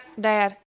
Dad